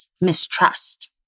mistrust